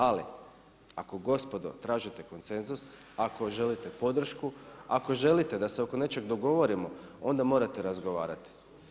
Ali ako gospodo tražite konsenzus, ako želite podršku, ako želite da se oko nečega dogovorimo onda morate razgovarati.